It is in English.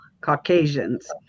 Caucasians